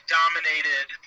dominated –